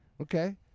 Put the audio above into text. Okay